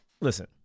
listen